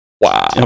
Wow